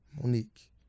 Monique